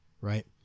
right